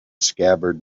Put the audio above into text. scabbard